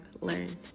learned